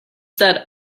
that